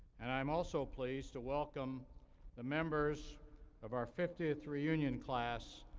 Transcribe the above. and i'm also pleased to welcome the members of our fiftieth reunion class,